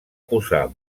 posar